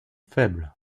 faibles